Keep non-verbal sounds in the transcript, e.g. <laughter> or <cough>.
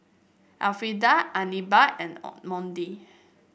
Elfrieda Anibal and <noise> Monty